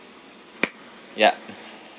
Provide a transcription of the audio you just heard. ya